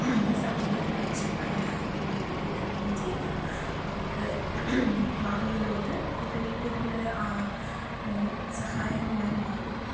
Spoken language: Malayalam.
സമൂഹത്തിനാവശ്യമായ കാര്യങ്ങൾക്ക് വേണ്ടി നൽകുകയും ചെയ്താൽ അവർക്ക് ഭാവിയിലോട്ട് കുട്ടികൾക്ക് ഇതിനൊരു സഹായമായി മാറും